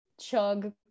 chug